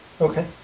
Okay